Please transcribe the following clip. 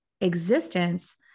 existence